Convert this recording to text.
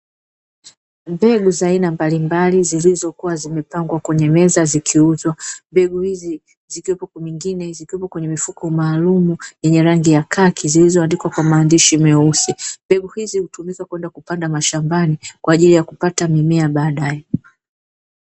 Mbegu za aina mbalimbali zilizokuwa zimepangwa kwenye meza zikiuzwa, mbegu hizi zikiwepo nyingine kwenye mifuko maalum yenye rangi ya kaki zilizoandikwa kwa maandishi, hizi hutumika kwenda kupanda mashambani kwa ajili ya kupata mimea baadae.